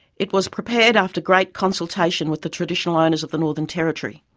it was prepared after great consultation with the traditional owners of the northern territory.